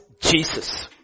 Jesus